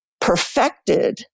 perfected